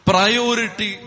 Priority